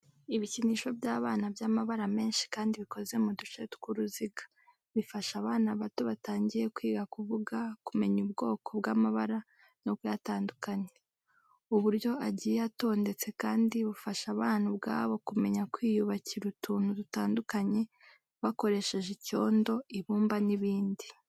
Ibikinisho by’abana by’amabara menshi kandi bikoze mu duce tw'uruziga. Bifasha abana bato batangiye kwiga kuvuga, kumenya ubwoko bw'amabara no kuyatandukanya. Uburyo agiye atondetse kandi bufasha abana ubwabo kumenya kwiyubakira utuntu dutandukanye bakoresheje icyondo, ibumba n'ibindi.